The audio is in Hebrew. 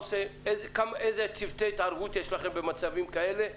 איזה צוותי התערבות יש לכם במצבים כאלה,